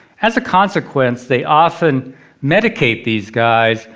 as a consequence they often medicate these guys